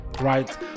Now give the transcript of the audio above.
right